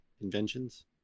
inventions